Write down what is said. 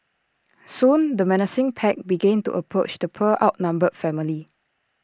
soon the menacing pack began to approach the poor outnumbered family